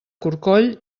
corcoll